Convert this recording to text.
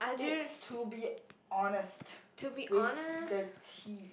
it's to be honest with the tea